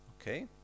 okay